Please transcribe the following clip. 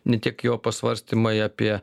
ne tik jo pasvarstymai apie